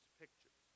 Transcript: pictures